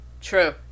true